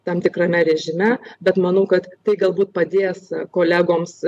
tam tikrame režime bet manau kad tai galbūt padės kolegoms